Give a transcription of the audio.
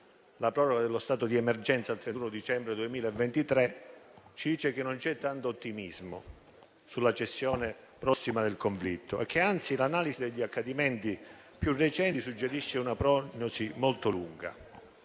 la proroga dello stato di emergenza al 31 dicembre 2023, che ci dice che non c'è tanto ottimismo sulla cessazione prossima del conflitto e che, anzi, l'analisi degli accadimenti più recenti suggerisce una prognosi molto lunga.